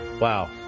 Wow